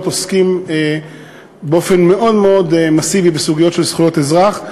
עוסקים באופן מאוד מאוד מסיבי בסוגיות של זכויות האזרח.